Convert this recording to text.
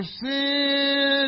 sin